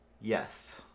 Yes